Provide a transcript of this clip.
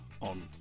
on